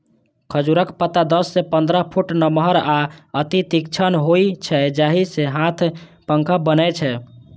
खजूरक पत्ता दस सं पंद्रह फुट नमहर आ अति तीक्ष्ण होइ छै, जाहि सं हाथ पंखा बनै छै